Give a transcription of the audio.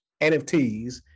NFTs